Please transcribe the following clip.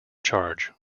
charge